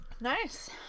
Nice